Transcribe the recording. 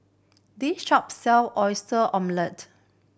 this shop sell Oyster Omelette